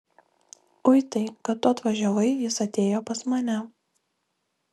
uitai kad tu atvažiavai jis atėjo pas mane